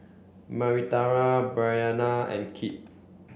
Marita Bryanna and Kit